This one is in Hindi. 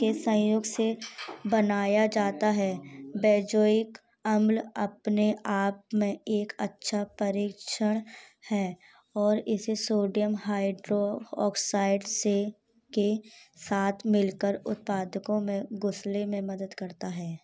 के संयोग से बनाया जाता है बेजोइक अम्ल अपने आप मे एक अच्छा परीक्षण है और इसे सोडीयम हाइड्रोऑक्साइड से के साथ मिल कर उत्पादकों में गुसले में मदद करता है